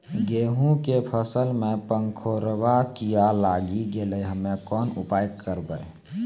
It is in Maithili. गेहूँ के फसल मे पंखोरवा कीड़ा लागी गैलै हम्मे कोन उपाय करबै?